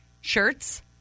Shirts